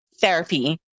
therapy